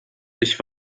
ich